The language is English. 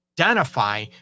identify